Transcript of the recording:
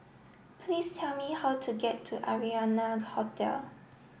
please tell me how to get to Arianna Hotel